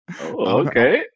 Okay